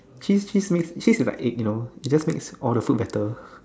cheese cheese make cheese like egg you know it just make all the food better